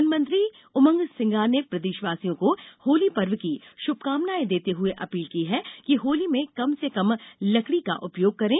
वनमंत्री उमंग सिंगार ने प्रदेशवासियों को होली पर्व की शुभकामनाएं देते हुए अपील की है कि होली में कम से कम लकड़ी का उपयोग करें